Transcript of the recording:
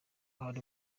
hari